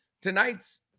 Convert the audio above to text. tonight's